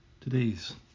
Today's